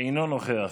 אינו נוכח.